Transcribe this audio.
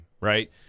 Right